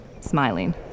smiling